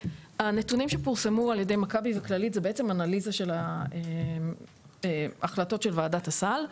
הנתונים שפורסמו על ידי מכבי וכללית זו אנליזה של החלטות של וועדת הסל,